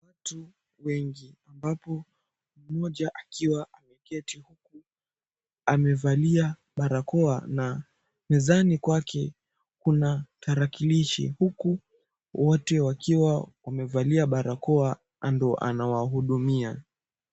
Watu wengi, ambapo mmoja akiwa ameketi huku amevalia barakoa, na mezani kwake kuna tarakilishi. Huku wote wakiwa wamevalia barakoa ndo anawahudumia.